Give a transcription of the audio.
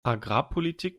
agrarpolitik